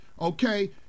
Okay